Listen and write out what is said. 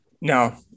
No